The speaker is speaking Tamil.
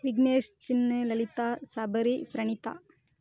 விக்னேஷ் சின்னு லலிதா சபரி பிரணிதா